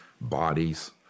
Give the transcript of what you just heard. bodies